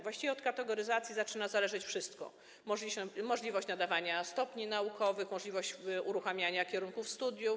Właściwie od kategoryzacji zaczyna zależeć wszystko: możliwość nadawania stopni naukowych, możliwość uruchamiania kierunków studiów.